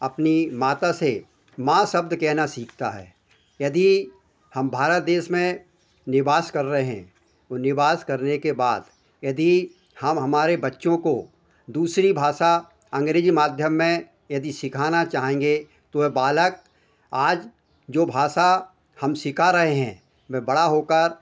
अपनी माता से माँ शब्द कहेना सीखता है यदि हम भारत देश में निवास कर रहे हैं वह निवास करने के बाद यदि हम हमारे बच्चों को दूसरी भाषा अंग्रेज़ी माध्यम में यदि शिखाना चाहेंगे तो वे बालक आज जो भाषा हम सिख रहे हैं वे बड़ा होकर